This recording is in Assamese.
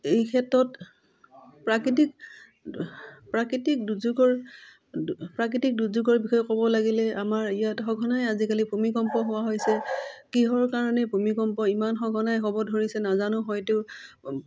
এই ক্ষেত্ৰত প্ৰাকৃতিক প্ৰাকৃতিক দুৰ্যোগৰ প্ৰাকৃতিক দুৰ্যোগৰ বিষয়ে ক'ব লাগিলে আমাৰ ইয়াত সঘনাই আজিকালি ভূমিকম্প হোৱা হৈছে কিহৰ কাৰণে ভূমিকম্প ইমান সঘনাই হ'ব ধৰিছে নাজানো হয়তো